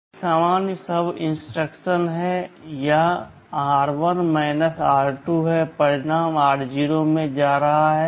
फिर एक सामान्य SUB इंस्ट्रक्शन है यह r1 r2 है परिणाम r0 में जा रहा है